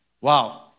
Wow